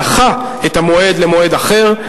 דחה את המועד למועד אחר,